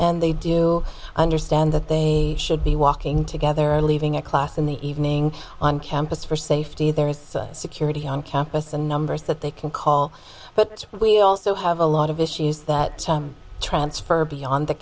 and they do understand that they should be walking together or leaving a class in the evening on campus for safety there is security on campus and numbers that they can call but we also have a lot of issues that transfer beyond the